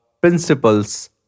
principles